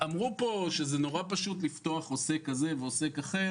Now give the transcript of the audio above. אמרו פה שזה פשוט מאוד לפתוח עוסק כזה ועוסק אחר